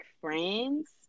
friends